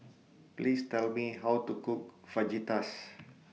Please Tell Me How to Cook Fajitas